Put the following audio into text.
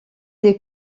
des